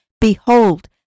Behold